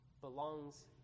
belongs